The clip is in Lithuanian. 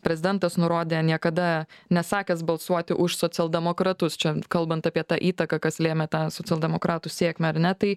prezidentas nurodė niekada nesakęs balsuoti už socialdemokratus čia kalbant apie tą įtaką kas lėmė tą socialdemokratų sėkmę ar ne tai